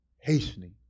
hastening